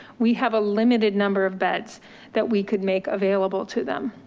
we have a limited number of beds that we could make available to them.